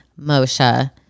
Moshe